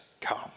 come